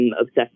obsessed